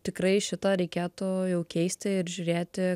tikrai šitą reikėtų jau keisti ir žiūrėti